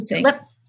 let